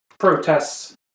protests